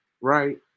right